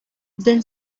then